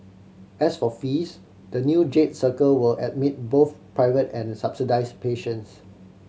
as for fees the new Jade Circle will admit both private and subsidise patients